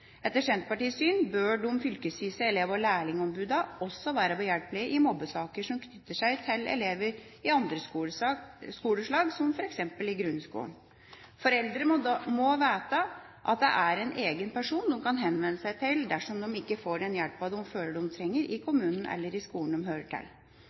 Etter Senterpartiets syn bør de fylkesvise elev- og lærlingombudene også være behjelpelige i mobbesaker som knytter seg til elever i andre skoleslag, som f.eks. i grunnskolen. Foreldre må vite at det er en egen person de kan henvende seg til dersom de ikke får den hjelpen de føler de trenger i kommunen eller i skolen de hører til.